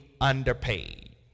underpaid